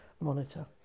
monitor